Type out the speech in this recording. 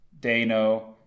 Dano